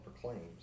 proclaims